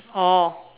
oh